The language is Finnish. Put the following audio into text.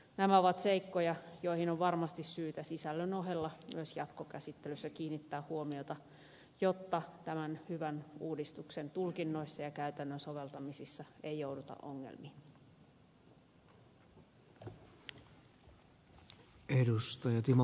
nämä ovat seikkoja joihin on varmasti syytä sisällön ohella myös jatkokäsittelyssä kiinnittää huomiota jotta tämän hyvän uudistuksen tulkinnoissa ja käytännön soveltamisissa ei jouduta ongelmiin